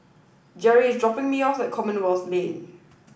Gerri is dropping me off at Commonwealth Lane